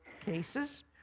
cases